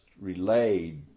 relayed